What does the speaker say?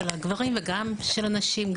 גם של הגברים וגם של הנשים,